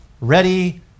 ready